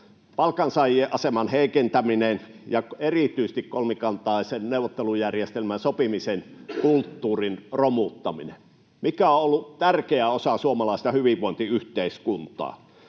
palkansaajien aseman heikentäminen ja erityisesti kolmikantaisen neuvottelujärjestelmän sopimisen kulttuurin romuttaminen, mikä on ollut tärkeä osa suomalaista hyvinvointiyhteiskuntaa.